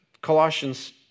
Colossians